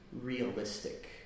realistic